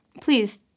Please